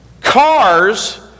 cars